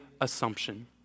assumption